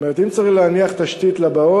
זאת אומרת, אם צריך להניח תשתית לבאות,